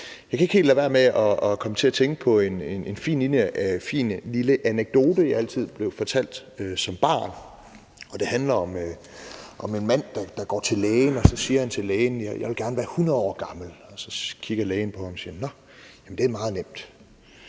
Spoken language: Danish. Jeg kan ikke helt lade være med at komme til at tænke på en fin lille anekdote, jeg altid blev fortalt som barn, og som handler om en mand, der går til lægen og siger til lægen: Jeg vil gerne være 100 år gammel. Lægen kigger på ham og siger: Nå, jamen det er meget nemt;